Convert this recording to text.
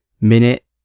Minute